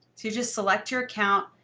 so you just select your account,